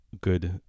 good